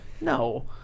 No